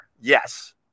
Yes